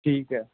ਠੀਕ ਹੈ